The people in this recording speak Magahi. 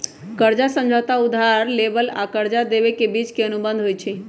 कर्जा समझौता उधार लेबेय आऽ कर्जा देबे के बीच के अनुबंध होइ छइ